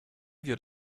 wird